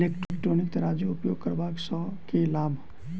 Electronic तराजू उपयोग करबा सऽ केँ लाभ?